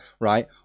right